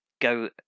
go